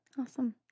Awesome